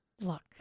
Look